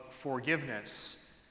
forgiveness